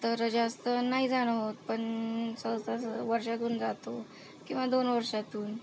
तर जास्त नाही जाणं होत पण सहजासहज वर्षातून जातो किंवा दोन वर्षातून